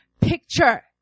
picture